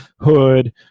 Hood